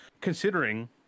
considering